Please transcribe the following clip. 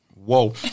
Whoa